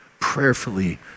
prayerfully